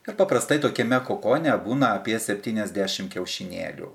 ir paprastai tokiame kokone būna apie septyniasdešim kiaušinėlių